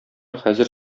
хәзер